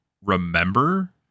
remember